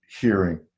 hearing